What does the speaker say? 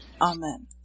Amen